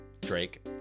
Drake